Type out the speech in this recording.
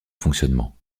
fonctionnement